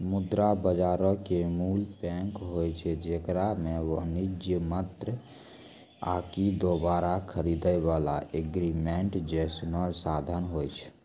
मुद्रा बजारो के मूल बैंक होय छै जेकरा मे वाणिज्यक पत्र आकि दोबारा खरीदै बाला एग्रीमेंट जैसनो साधन होय छै